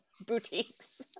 boutiques